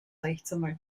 rechtsanwalt